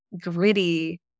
gritty